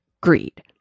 greed